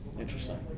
Interesting